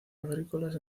agrícolas